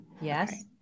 Yes